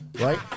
right